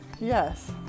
yes